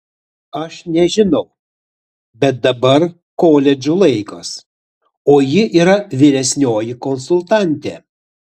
aš nežinau bet dabar koledžų laikas o ji yra vyresnioji konsultantė